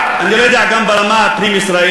אני לא יודע גם ברמה הפנים-ישראלית,